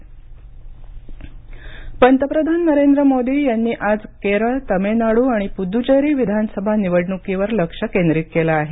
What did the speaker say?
पंतप्रधान सभा पंतप्रधान नरेंद्र मोदी यांनी आज केरळ तमिळनाडू आणि पुदुच्चेरी विधानसभा निवडणुकीवर लक्ष केंद्रित केलं आहे